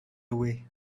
away